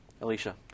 Alicia